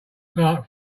clark